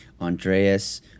Andreas